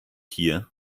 hier